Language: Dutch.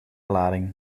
lading